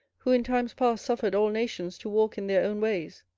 who in times past suffered all nations to walk in their own ways.